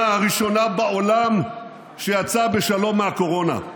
הראשונה בעולם שיצאה בשלום מהקורונה.